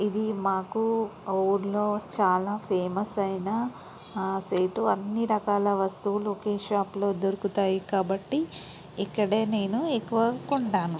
ఇది మాకు ఊర్లో చాలా ఫేమస్ అయిన సేటు అన్ని రకాల వస్తువులు ఒకే షాపులో దొరుకుతాయి కాబట్టి ఇక్కడే నేను ఎక్కువ కొంటాను